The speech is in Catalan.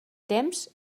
temps